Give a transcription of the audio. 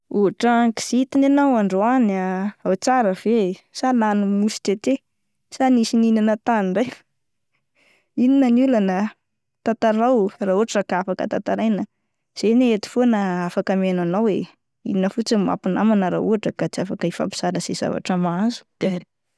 Otran'ny kizitina ianao androany ah, ao tsara ve eh? Sa lanin'ny mosy tsetse sa nisy nihinana tany indray, inona ny olana ah, tantarao raha ohatra ka afaka tantaraina ah, zay anie ato foana afaka mihaino anao eh, inona fotsiny no maha mpinamana raha tsy afaka ifampizara izay zavatra mahazo.